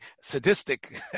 sadistic